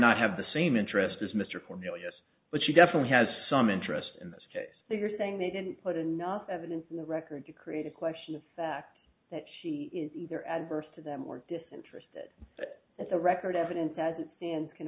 not have the same interest as mr cornelius but she definitely has some interest in this case they are saying they didn't put enough evidence in the record to create a question of fact that she is either adverse to them or disinterested that the record evidence as it stands can